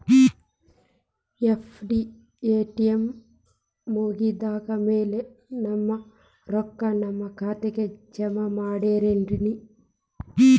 FD time ಮುಗಿದಾದ್ ಮ್ಯಾಲೆ ನಮ್ ರೊಕ್ಕಾನ ನಮ್ ಖಾತೆಗೆ ಜಮಾ ಮಾಡ್ತೇರೆನ್ರಿ?